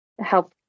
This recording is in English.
help